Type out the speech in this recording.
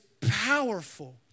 powerful